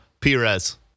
Perez